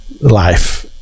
life